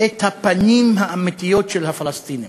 את הפנים האמיתיות של הפלסטינים.